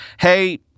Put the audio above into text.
hey